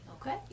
okay